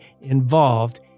involved